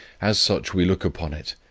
as such we look upon it,